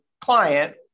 client